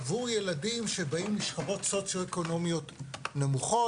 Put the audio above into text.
עבור ילדים שבאים ממשפחות סוציו-אקונומיות נמוכות.